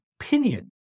opinion